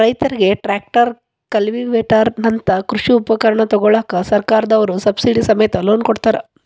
ರೈತರಿಗೆ tractor, cultivator ನಂತ ಕೃಷಿ ಉಪಕರಣ ತೊಗೋಳಾಕ ಸರ್ಕಾರದವ್ರು ಸಬ್ಸಿಡಿ ಸಮೇತ ಲೋನ್ ಕೊಡ್ತಾರ